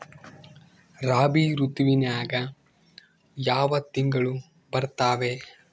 ರಾಬಿ ಋತುವಿನ್ಯಾಗ ಯಾವ ತಿಂಗಳು ಬರ್ತಾವೆ?